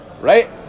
right